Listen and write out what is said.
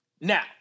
now